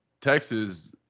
Texas